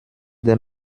der